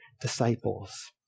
disciples